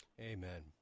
Amen